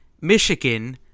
Michigan